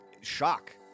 shock